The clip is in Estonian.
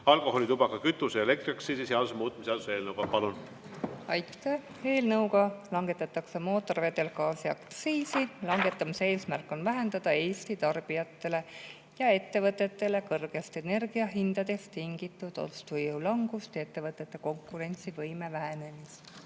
alkoholi-, tubaka-, kütuse- ja elektriaktsiisi seaduse muutmise seaduse eelnõuga. Palun! Aitäh! Eelnõuga langetatakse mootorivedelgaasi aktsiisi. Langetamise eesmärk on vähendada Eesti tarbijatele ja ettevõtetele kõrgetest energiahindadest tingitud ostujõu langust ja ettevõtete konkurentsivõime vähenemist.